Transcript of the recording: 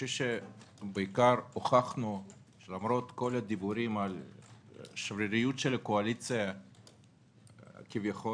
בעיקר הוכחנו שלמרות כל הדיבורים על השרירות של הקואליציה כביכול